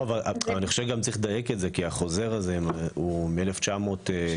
צריך לדייק את זה, כי החוזר הזה הוא מ-1970